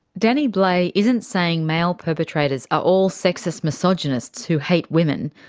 danny blay isn't saying male perpetrators are all sexist misogynists who hate women.